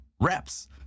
reps